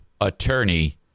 attorney